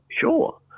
Sure